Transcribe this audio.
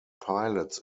pilots